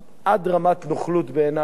עד רמת נוכלות בעיני.